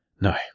no